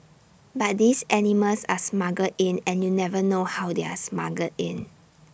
but these animals are smuggled in and you never know how they are smuggled in